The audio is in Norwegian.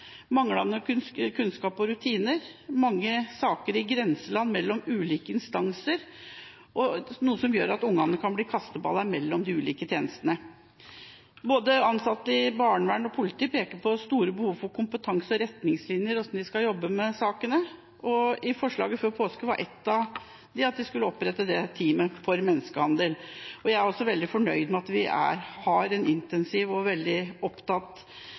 kunnskap og rutiner. Mange av sakene er i grenseland mellom ulike instanser, noe som gjør at barna kan bli kasteballer mellom de ulike tjenestene. Ansatte i både barnevern og politi peker på store behov for kompetanse og retningslinjer for hvordan de skal jobbe med sakene. I forslaget før påske var et av forslagene at det skulle opprettes et team mot menneskehandel. Jeg er også veldig fornøyd med at vi har en intensiv og